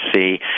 see